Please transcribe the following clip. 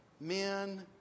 men